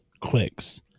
clicks